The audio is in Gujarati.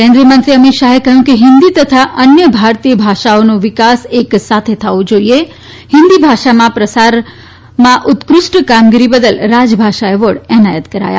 કેન્દ્રિય મંત્રી અમિત શાહે કહ્યું કે હિન્દી તથા અન્ય ભારતીય ભાષાઓનો વિકાસ એકસાથે થવો જોઇએ હિન્દી ભાષાના પ્રસારમાં ઉત્કૃષ્ઠ કામગીરી બદલ રાજભાષા એવોર્ડ એનાયત કરાયા